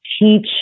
teach